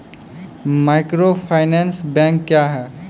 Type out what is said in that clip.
Microfinance bank क्या हैं?